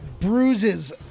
Bruises